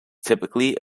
typically